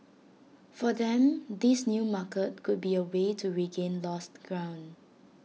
for them this new market could be A way to regain lost ground